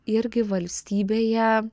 irgi valstybėje